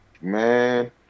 Man